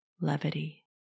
levity